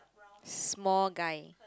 small guy